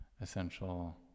essential